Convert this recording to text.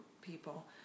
people